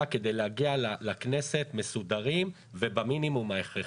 כדי להגיע לכנסת מסודרים ובמינימום ההכרחי.